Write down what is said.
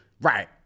right